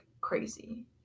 crazy